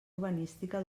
urbanística